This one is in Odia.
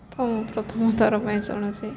ତ ମୁଁ ପ୍ରଥମ ଥର ପାଇଁ ଶୁଣୁଛି